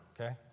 okay